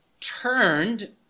turned